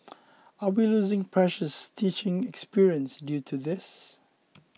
are we losing precious teaching experience due to this